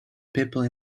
people